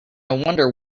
wonder